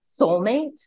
soulmate